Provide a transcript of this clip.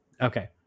Okay